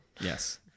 Yes